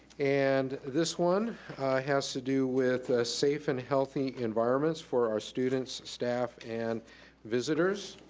and this one has to do with a safe and healthy environment for our students, staff, and visitors.